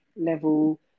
level